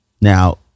Now